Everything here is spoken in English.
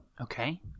Okay